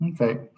Okay